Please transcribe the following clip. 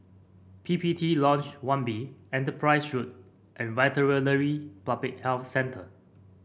P P T Lodge One B Enterprise Road and Veterinary Public Health Centre